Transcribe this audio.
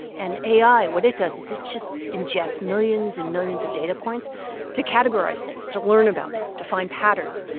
and ai, what it does is it just ingests millions and millions of datapoints to categorize things, to learn about them, to find patterns.